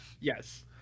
Yes